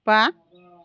बा